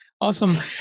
Awesome